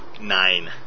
Nine